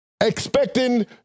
Expecting